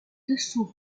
dessous